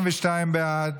42 בעד,